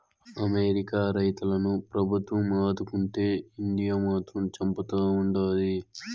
America రైతులను ప్రభుత్వం ఆదుకుంటే ఇండియా మాత్రం చంపుతా ఉండాది